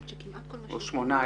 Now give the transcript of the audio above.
לא דוחות,